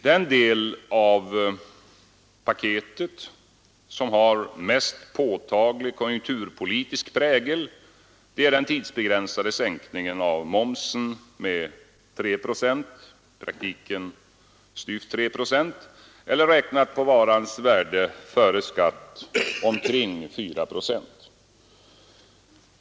Den del av paketet som har mest påtaglig konjunkturpolitisk prägel är den tidsbegränsade sänkningen av momsen med 3 procent — i praktiken styvt 3 procent — eller räknat på varans värde före skatt omkring 4 procent.